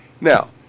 Now